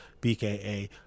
BKA